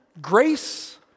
Grace